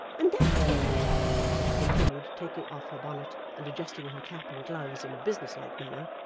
and that effort she continued, taking off her bonnet, and adjusting her cap and gloves, in a business-like manner,